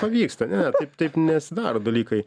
pavyksta ne taip taip nesidaro dalykai